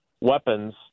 weapons